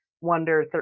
wonder